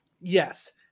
yes